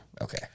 Okay